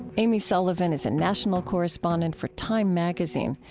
amy sullivan is a national correspondent for time magazine.